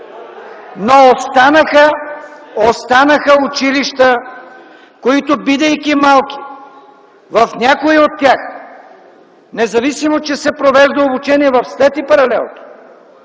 Но останаха училища, които, бидейки малки, в някои от тях, независимо че се провежда обучение в слети паралелки,